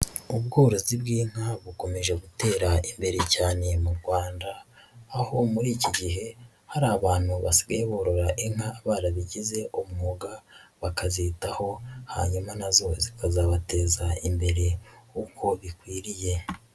Ubworozi bw'inka bukomeje gutera imbere cyane mu Rwanda, aho muri iki gihe hari abantu basigaye borora inka barabigize umwuga, bakazitaho hanyuma na zo zikazabateza imbere uko bikwiriye.